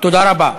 תודה רבה.